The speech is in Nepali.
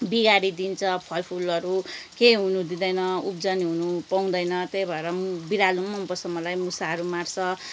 बिगारिदिन्छ फलफुलहरू केही हुनुदिँदैन उब्जनी हुनुपाउँदैन त्यही भएर बिरालो पनि मनपर्छ मलाई मुसाहरू मार्छ